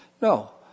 No